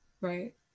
right